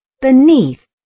beneath